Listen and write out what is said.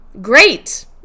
great